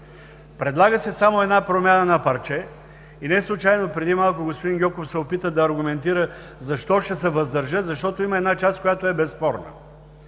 Предлага се само промяна на парче и неслучайно преди малко господин Гьоков се опита да аргументира защо ще се въздържи – защото има една безспорна